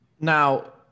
Now